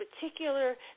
particular